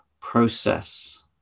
process